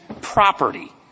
property